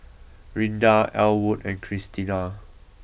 Rinda Ellwood and Cristina